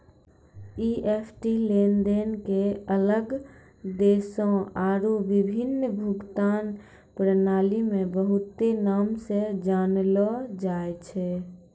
EFT लेनदेन के अलग देशो आरु विभिन्न भुगतान प्रणाली मे बहुते नाम से जानलो जाय छै